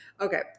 okay